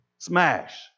smash